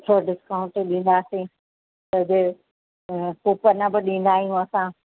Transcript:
सुठो डिस्काउंट ॾींदासीं त जीअं कूपन बि ॾींदा आहियूं असां